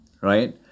right